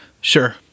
Sure